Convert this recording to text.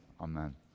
amen